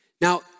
Now